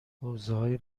حوزههای